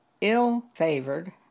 ill-favored